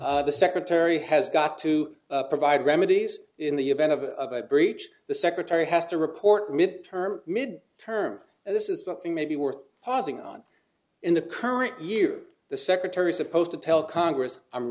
the secretary has got to provide remedies in the event of a breach the secretary has to report mid term mid term and this is one thing maybe worth pausing on in the current year the secretary supposed to tell congress i'm